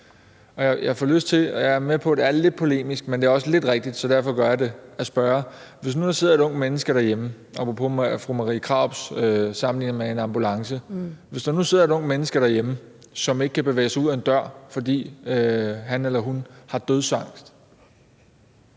Jeg er med på, at det er lidt polemisk, men det er også rigtigt, så derfor spørger jeg: Hvis nu der sidder et ungt menneske derhjemme – apropos fru Marie Krarups sammenligning med en ambulance – som ikke kan bevæge sig ud ad en dør, fordi han eller hun har dødsangst,